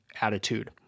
attitude